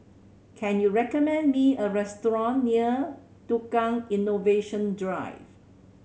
can you recommend me a restaurant near Tukang Innovation Drive